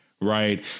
right